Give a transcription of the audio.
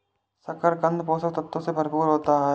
शकरकन्द पोषक तत्वों से भरपूर होता है